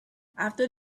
after